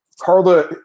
carla